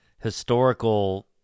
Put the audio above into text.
historical